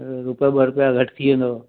रुपिए ॿ रुपिया घटि थी वेंदो